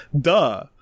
Duh